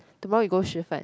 tomorrow you go Shifen